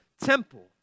temple